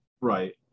Right